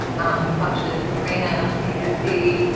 um, such as arena, cefc,